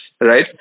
right